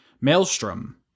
maelstrom